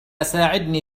ساعدني